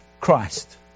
Christ